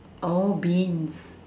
oh Beans